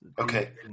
okay